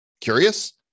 curious